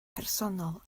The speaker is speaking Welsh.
personol